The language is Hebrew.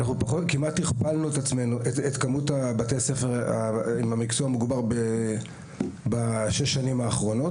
אנחנו כמעט הכפלנו את מספר בתי הספר עם מקצוע מוגבר בשש השנים האחרונות,